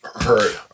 hurt